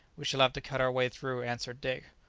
we shall have to cut our way through, answered dick.